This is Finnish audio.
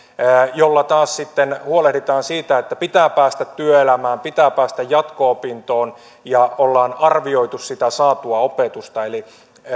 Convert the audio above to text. jolla taas sitten huolehditaan siitä että pitää päästä työelämään pitää päästä jatko opintoihin ja on arvioitu sitä saatua opetusta eli